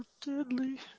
deadly